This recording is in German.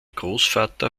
großvater